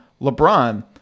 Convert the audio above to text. LeBron